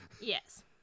Yes